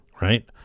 Right